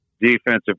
defensive